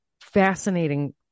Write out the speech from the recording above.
fascinating